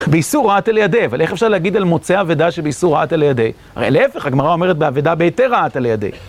באיסור אתא לידיה, ואיך אפשר להגיד על מוצא אבדה שבאיסור אתא לידיה? הרי להפך, הגמרא אומרת באבדה בהיתר אתאלידיה.